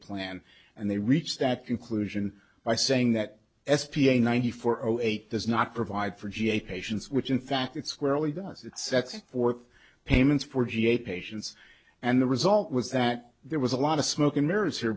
plan and they reach that conclusion by saying that s p a ninety four zero eight does not provide for ga patients which in fact it squarely does it sets forth payments for ga patients and the result was that there was a lot of smoke and mirrors